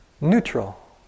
neutral